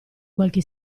qualche